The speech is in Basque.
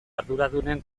arduradunen